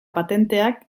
patenteak